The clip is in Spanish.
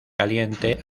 caliente